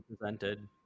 presented